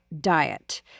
diet